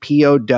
POW